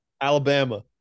Alabama